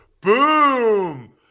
boom